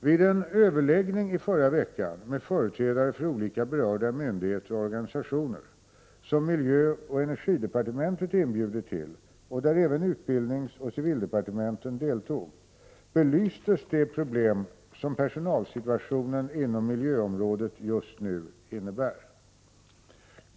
Vid en överläggning i förra veckan med företrädare för olika berörda myndigheter och organisationer, som miljöoch energidepartementet inbjudit till och där även utbildningsoch civildepartementen deltog, belystes de problem som personalsituationen inom miljöområdet just nu innebär.